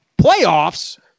playoffs